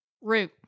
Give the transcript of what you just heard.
Root